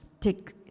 take